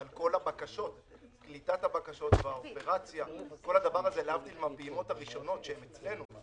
אבל קליטת הבקשות וכל האופרציה להבדיל מהפעימות הראשונות שהן אצלנו,